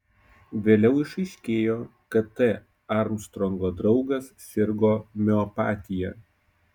vėliau išaiškėjo kad t armstrongo draugas sirgo miopatija